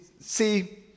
see